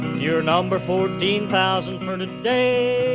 you're number fourteen thousand for today.